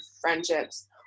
friendships